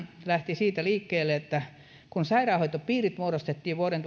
lähti siitä liikkeelle että kun sairaanhoitopiirit muodostettiin vuoden